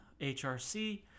HRC